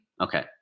okay